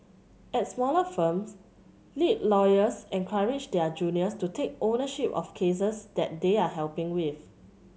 at smaller firms lead lawyers encourage their juniors to take ownership of cases that they are helping with